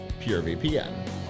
purevpn